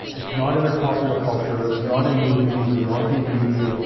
it's not in their popular culture, it's not in movies or on tv or.